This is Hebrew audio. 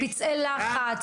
פצעי לחץ.